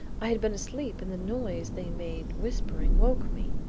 i had been asleep and the noise they made whispering, woke me.